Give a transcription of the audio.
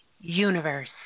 universe